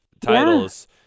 titles